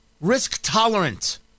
Risk-tolerant